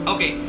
Okay